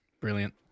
Brilliant